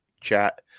chat